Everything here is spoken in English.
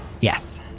Yes